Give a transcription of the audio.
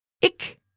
Ik